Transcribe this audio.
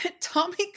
Tommy